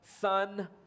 son